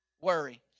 worry